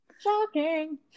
Shocking